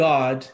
God